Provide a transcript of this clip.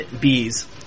bees